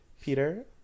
Peter